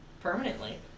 Permanently